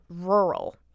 rural